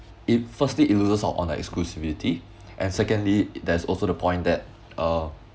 it firstly it loses out on the exclusivity and secondly there's also the point that uh